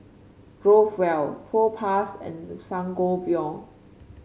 Growell Propass and Sangobion